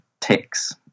ticks